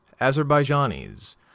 Azerbaijanis